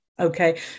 Okay